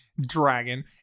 Dragon